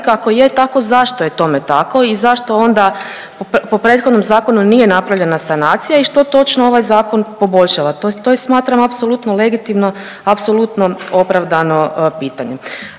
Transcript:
ako je tako, zašto je tome tako i zašto onda po prethodnom zakonu nije napravljena sanacija i što točno ovaj Zakon poboljšava, to i smatram apsolutno legitimno, apsolutno opravdano pitanje.